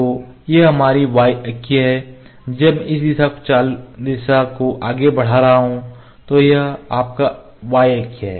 तो यह हमारी y अक्ष है जब मैं इस दिशा को आगे बढ़ा रहा हूं तो यह आपका y अक्ष है